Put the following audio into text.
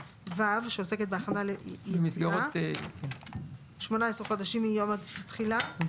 (ו)(הכנה ליציאה) 18 חודשים מיום התחילה (ה)